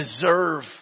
deserve